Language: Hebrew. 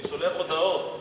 אני שולח הודעות.